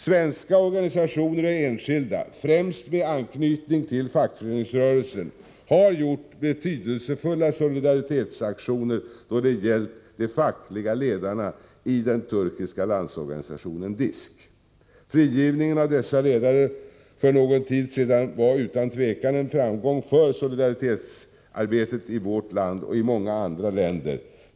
Svenska organisationer och enskilda, främst med anknytning till fackföreningsrörelsen, har genomfört betydelsefulla solidaritetsaktioner då det gällt de fackliga ledarna i den turkiska landsorganisationen DISK. Frigivningen av dessa ledare för någon tid sedan var utan tvivel en framgång för solidaritetsarbetet i vårt land och i många andra länder.